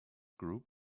group